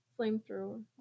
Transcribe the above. flamethrower